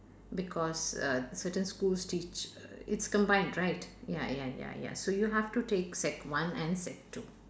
because uh certain schools teach uh it's combined right ya ya ya ya so you have to take sec one and sec two